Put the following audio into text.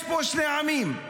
יש פה שני עמים,